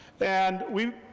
and we,